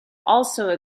also